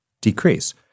decrease